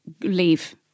leave